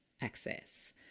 access